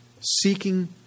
Seeking